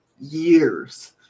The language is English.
years